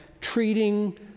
treating